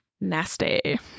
nasty